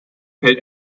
fällt